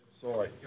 Sorry